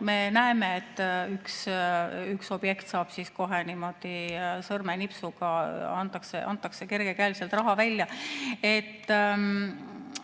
me näeme, et üks objekt saab, kohe niimoodi sõrmenipsuga raha, antakse kergekäeliselt raha välja.No